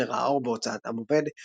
הספר ראה אור בהוצאת עם עובד,